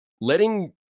letting